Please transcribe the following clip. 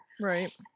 Right